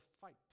fight